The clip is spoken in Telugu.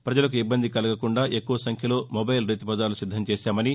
ప్రజలకు ఇబ్బంది కలగకుండా ఎక్కువ సంఖ్యలో మొబైల్ రైతు బజార్లు సిద్దం చేశామని